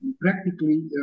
practically